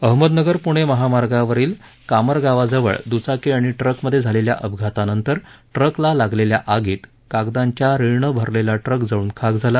अहमदनगर प्णे महामार्गावरील कामरगावजवळ द्रचाकी आणि ट्रकमध्ये झालेल्या अपघातानंतर ट्रकला लागलेल्या आगीत कागदांच्या रीळने भरलेला ट्रक जळून खाक झाला